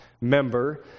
member